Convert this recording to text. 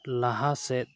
ᱞᱟᱦᱟ ᱥᱮᱫ